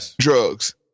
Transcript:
drugs